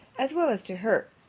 as well as to her,